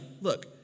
Look